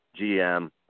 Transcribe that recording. GM